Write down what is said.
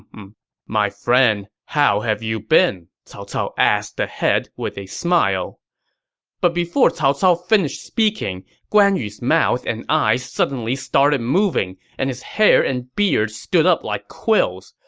my friend, how have you been? cao cao asked the head with a smile but before cao cao finished speaking, guan yu's mouth and eyes suddenly started moving, and his hair and beard stood up like quills.